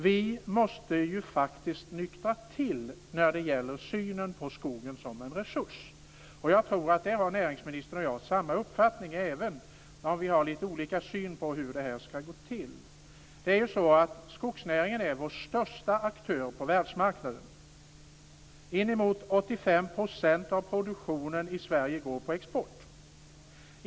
Vi måste faktiskt nyktra till när det gäller synen på skogen som en resurs. Jag tror att näringsministern och jag har samma uppfattning om detta, även om vi har lite olika syn på hur det skall gå till. Skogsnäringen är vår största aktör på världsmarknaden. Inemot 85 % av produktionen i Sverige går på export.